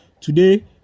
Today